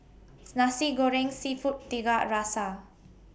Nasi Goreng Seafood Tiga Rasa